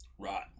right